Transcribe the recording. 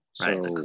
Right